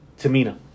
Tamina